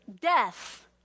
death